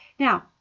Now